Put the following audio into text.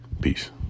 Peace